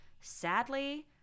sadly